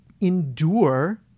endure